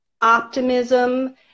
optimism